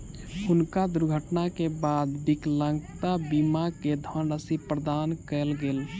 हुनका दुर्घटना के बाद विकलांगता बीमा के धनराशि प्रदान कयल गेल